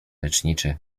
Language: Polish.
leczniczy